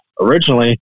originally